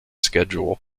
schedule